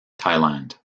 thailand